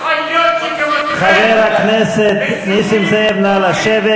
חיות שכמוכם, מסיתים, מושחתים.